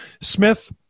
Smith